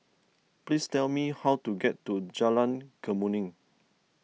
please tell me how to get to Jalan Kemuning